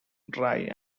dry